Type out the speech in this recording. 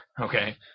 Okay